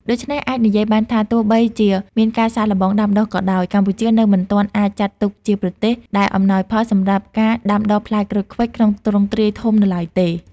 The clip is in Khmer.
ដូច្នេះអាចនិយាយបានថា ទោះបីជាមានការសាកល្បងដាំដុះក៏ដោយ កម្ពុជានៅមិនទាន់អាចចាត់ទុកជាប្រទេសដែលអំណោយផលសម្រាប់ការដាំដុះផ្លែក្រូចឃ្វិចក្នុងទ្រង់ទ្រាយធំនៅឡើយទេ។